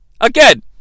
again